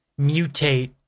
mutate